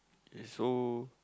so